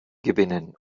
gewinnen